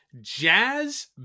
Jazz